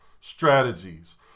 strategies